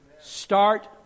Start